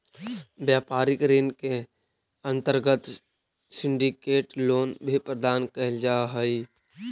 व्यापारिक ऋण के अंतर्गत सिंडिकेट लोन भी प्रदान कैल जा हई